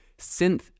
synth